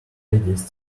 ladies